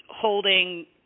holding